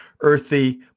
Earthy